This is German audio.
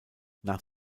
nach